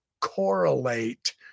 correlate